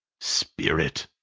spirit!